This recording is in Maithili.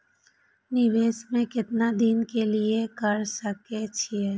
निवेश में केतना दिन के लिए कर सके छीय?